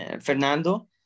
Fernando